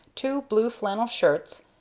two blue-flannel shirts,